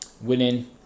winning